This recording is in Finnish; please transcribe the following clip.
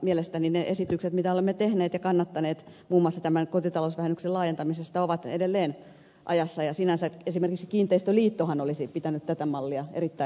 mielestäni ne esitykset mitä olemme tehneet ja kannattaneet muun muassa tämän kotitalousvähennyksen laajentamisesta ovat edelleen ajassa ja esimerkiksi kiinteistöliittohan olisi pitänyt tätä mallia erittäin hyvänä